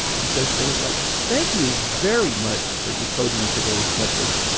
she says things like, thank you very much for decoding today's message.